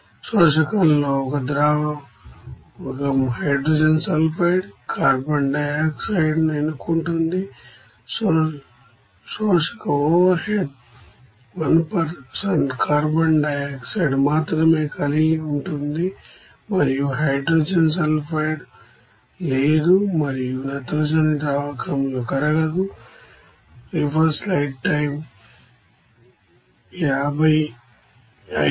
absorber లో ఒక ద్రావకం హైడ్రోజన్ సల్ఫైడ్ కార్బన్ డయాక్సైడ్ను ఎన్నుకుంటుంది absorber overhead 1 carbon dioxide మాత్రమే కలిగి ఉంటుంది మరియు హైడ్రోజన్ సల్ఫైడ్ లేదు మరియు నైట్రోజన్ సాల్వెంట్ లో కరగదు